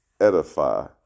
edify